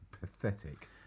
Pathetic